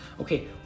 okay